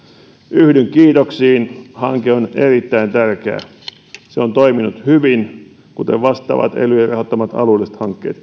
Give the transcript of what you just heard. yhdyn kiitoksiin hanke on erittäin tärkeä se on toiminut hyvin kuten vastaavat elyjen rahoittamat alueelliset hankkeetkin